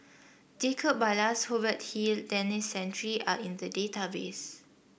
Jacob Ballas Hubert Hill Denis Santry are in the database